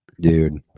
Dude